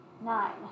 nine